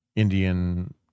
Indian